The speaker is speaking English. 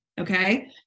Okay